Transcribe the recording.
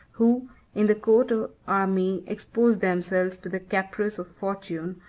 who in the court or army expose themselves to the caprice of fortune,